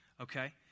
okay